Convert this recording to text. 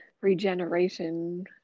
regeneration